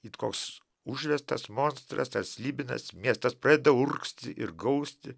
it koks užvestas monstras ar slibinas miestas pradeda urgzti ir gausti